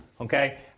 okay